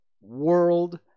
world